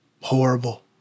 horrible